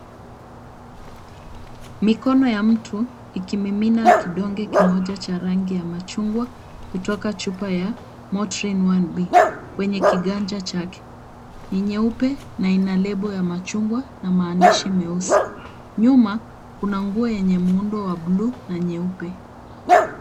Mikono ya mtu ikimimina kidonge kimoja cha rangi ya machungwa kutoka chupa ya motrin 1B kwenye kiganja chake, ni nyeupe na ina lebo ya machungwa na maandishi meusi, nyuma kuna nguo yenye muundo wa buluu na nyeupe.